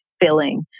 filling